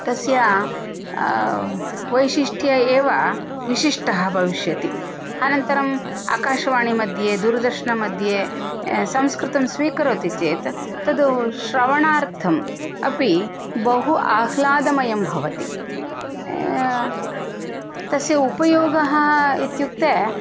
तस्य वैशिष्ट्यम् एव विशिष्टः भविष्यति अनन्तरम् आकाशवाणीमध्ये दूरदर्शनमध्ये संस्कृतं स्वीकरोति चेत् तद् श्रवणार्थम् अपि बहु आह्लादमयं भवति तस्य उपयोगः इत्युक्ते